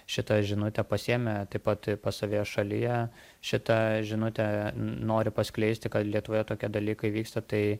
šitą žinutę pasiėmė taip pat pas save šalyje šitą žinutę n nori paskleisti kad lietuvoje tokie dalykai vyksta tai